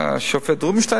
השופט רובינשטיין,